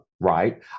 right